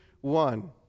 one